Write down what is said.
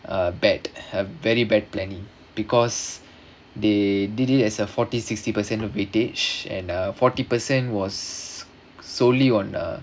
uh bad have very bad planning because they did it as a forty sixty percent of weightage and uh forty percent was solely on uh